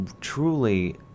truly